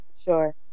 Sure